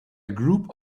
group